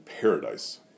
paradise